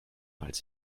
als